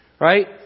right